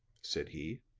said he,